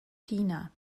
china